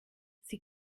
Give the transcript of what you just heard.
sie